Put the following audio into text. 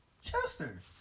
Chester